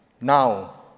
Now